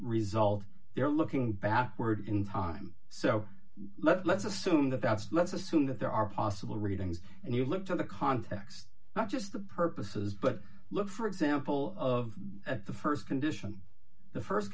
result they're looking backwards in time so let's assume that that's let's assume that there are possible readings and you look to the context not just the purposes but look for example of at the st condition the